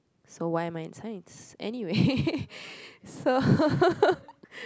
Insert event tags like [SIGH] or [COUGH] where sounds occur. so why am I in Science anyway [LAUGHS] so [LAUGHS]